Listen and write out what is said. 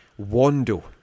Wando